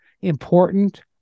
important